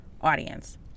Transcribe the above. audience